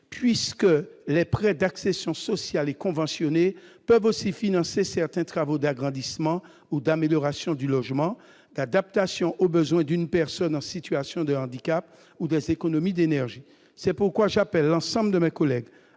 effet, les prêts d'accession sociale et les prêts conventionnés peuvent aussi financer certains travaux d'agrandissement ou d'amélioration du logement, d'adaptation aux besoins d'une personne en situation de handicap ou d'économies d'énergie. C'est pourquoi j'appelle l'ensemble de mes collègues